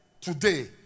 today